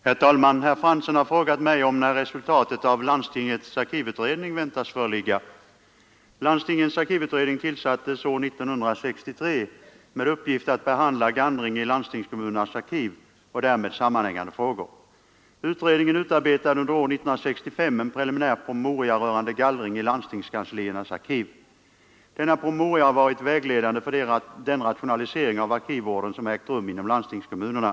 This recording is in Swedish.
Herr talman! Herr Fransson har frågat mig om när resultatet av landstingens arkivutredning väntas föreligga. Landstingens arkivutredning tillsattes år 1963 med uppgift att behandla gallring i landstingskommunernas arkiv och därmed sammanhängande frågor. Utredningen utarbetade år 1965 en preliminär promemoria rörande gallring i landstingskansliernas arkiv. Denna promemoria har varit vägledande för den rationalisering av arkivvården som ägt rum inom landstingskommunerna.